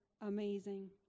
amazing